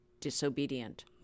disobedient